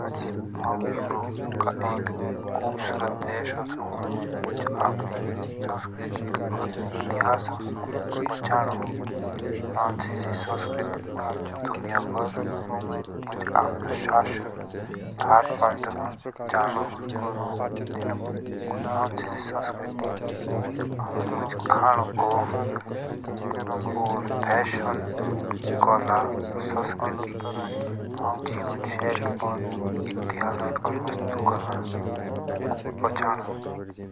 France Europe का एक खूबसूरत देश ऑवस जो आपाने संस्कृति और इतिहास पछानो फ्रांसिसी संस्कृति दुनिया भर मुझे अपने शासन और थाड बट्क जानो तिनुक। फ्रांसिसी संस्कृति मुझ खानेको और फैशन कला संस्कृति जीवन शैली इतिहास और वास्तु कला को पछानो।